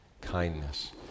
Kindness